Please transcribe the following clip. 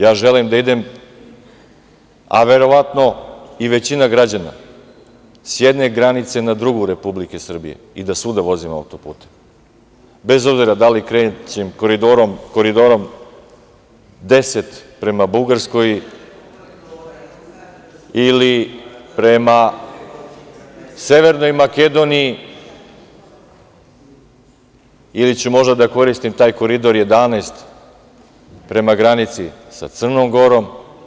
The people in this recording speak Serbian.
Ja želim da idem, a verovatno i većina građana, sa jedne granice na drugu Republike Srbije i da svuda vozim autoputem, bez obzira da li krećem Koridorom 10, prema Bugarskoj, ili Severnoj Makedoniji, ili ću možda da koristim Koridor 11, prema granici sa Crnom Gorom.